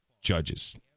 judges